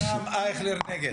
נרשם: אייכלר נגד.